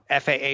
FAA